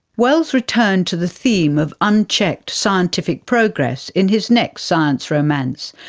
wells returned to the theme of unchecked scientific progress in his next science romance,